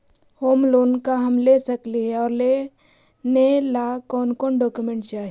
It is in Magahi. होम लोन का हम ले सकली हे, और लेने ला कोन कोन डोकोमेंट चाही?